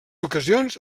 ocasions